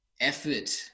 effort